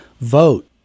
Vote